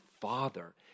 Father